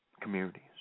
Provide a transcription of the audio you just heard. communities